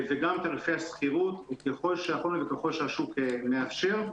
וגם תעריפי השכירות ככל שיכולנו וככל שהשוק מאפשר.